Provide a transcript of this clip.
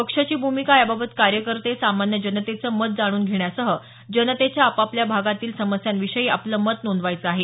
पक्षाची भ्मिका याबाबत कार्यकर्ते सामान्य जनतेचं मत जाणून घेण्यासासह जनतेच्या आपापल्या भागातील समस्यांविषयी आपलं मत नोंदवायचं आहे